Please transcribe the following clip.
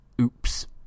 Oops